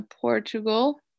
Portugal